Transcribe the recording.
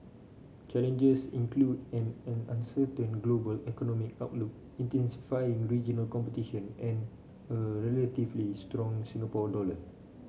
challenges include an an uncertain global economic outlook intensifying regional competition and a relatively strong Singapore dollar